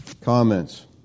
Comments